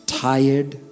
tired